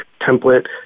template